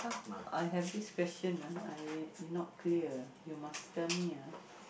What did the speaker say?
come I have this question ah I you not clear you must tell me ah